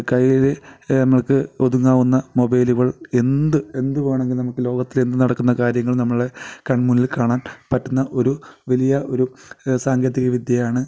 കയ്യിൽ നമുക്ക് ഒതുങ്ങാവുന്ന മൊബൈലുകൾ എന്ത് എന്ത് വേണമെങ്കിലും നമുക്ക് ലോകത്തിലെന്തു നടക്കുന്ന കാര്യങ്ങൾ നമ്മളുടെ കൺമുന്നിൽ കാണാൻ പറ്റുന്ന ഒരു വലിയ ഒരു സാങ്കേതിക വിദ്യയാണ്